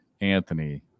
Anthony